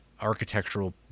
architectural